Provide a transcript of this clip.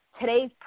Today's